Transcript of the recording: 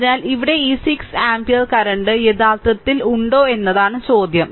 അതിനാൽ ഇവിടെ ഈ 6 ആമ്പിയർ കറന്റ് യഥാർത്ഥത്തിൽ ഉണ്ടോ എന്നതാണ് ചോദ്യം